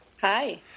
Hi